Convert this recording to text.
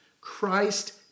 Christ